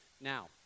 Now